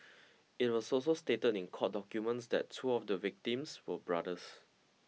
it was also stated in court documents that two of the victims were brothers